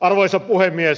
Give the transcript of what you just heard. arvoisa puhemies